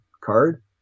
card